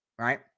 right